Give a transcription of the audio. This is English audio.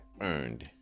earned